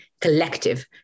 collective